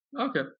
okay